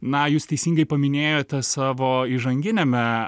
na jūs teisingai paminėjote savo įžanginiame